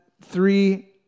three